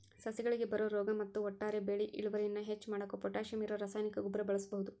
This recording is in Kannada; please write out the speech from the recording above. ಸಸಿಗಳಿಗೆ ಬರೋ ರೋಗ ಮತ್ತ ಒಟ್ಟಾರೆ ಬೆಳಿ ಇಳುವರಿಯನ್ನ ಹೆಚ್ಚ್ ಮಾಡಾಕ ಪೊಟ್ಯಾಶಿಯಂ ಇರೋ ರಾಸಾಯನಿಕ ಗೊಬ್ಬರ ಬಳಸ್ಬಹುದು